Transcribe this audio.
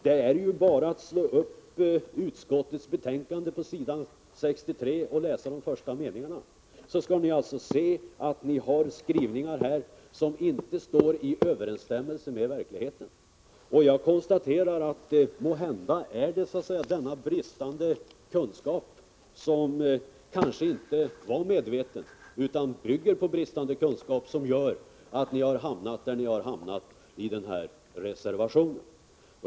Det är bara att slå upp s. 63 i utskottets betänkande och läsa de första meningarna i reservation 9, så skall ni se att ni har skrivit något som inte står i överensstämmelse med verkligheten. Jag konstaterar att detta kanske inte var medvetet utan att det är bristande kunskap som gör att ni har hamnat där ni hamnat.